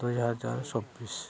दुइ हाजार सब्बिस